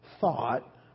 thought